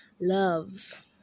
love